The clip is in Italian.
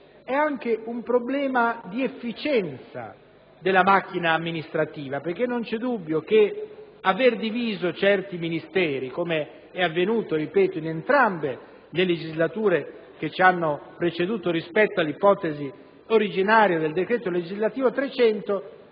anche un problema di efficienza della macchina amministrativa, perché non c'è dubbio che aver diviso certi Ministeri, com'è avvenuto, ripeto, in entrambe le legislature precedenti, rispetto all'ipotesi originaria del decreto legislativo n. 300,